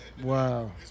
Wow